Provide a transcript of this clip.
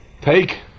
Take